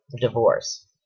divorce